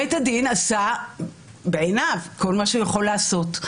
בית הדין עשה בעיניו כל מה שהוא יכול לעשות,